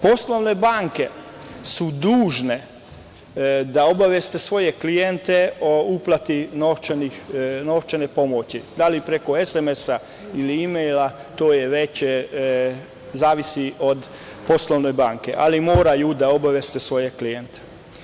Poslovne banke su dužne da obaveste svoje klijente o uplati novčane pomoći, da li preko sms poruka ili mejla, to već zavisi od poslovne banke, ali moraju da obaveste svoje klijente.